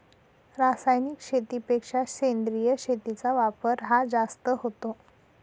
रासायनिक शेतीपेक्षा सेंद्रिय शेतीचा वापर हा जास्त होतो